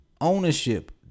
Ownership